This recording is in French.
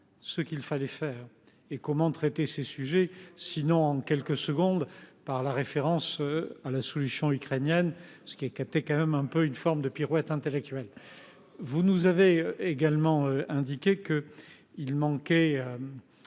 ce qu’il fallait faire et comment traiter ces sujets,… Tout va bien !… sinon en quelques secondes, par référence à la solution ukrainienne, ce qui constitue tout de même une forme de pirouette intellectuelle… Vous nous avez également indiqué qu’il manquait